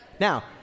Now